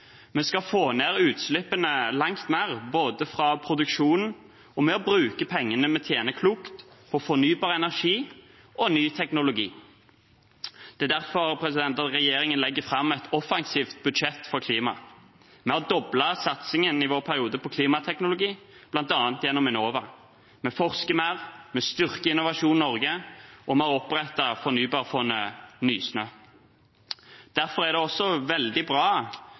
Vi skal få ned utslippene langt mer, både fra produksjonen og ved å bruke pengene vi tjener, klokt, på fornybar energi og ny teknologi. Det er derfor regjeringen legger fram et offensivt budsjett for klima. Vi har i vår periode doblet satsingen på klimateknologi, bl.a. gjennom Enova. Vi forsker mer, vi styrker Innovasjon Norge, og vi har opprettet fornybarfondet Nysnø. Derfor er det også veldig bra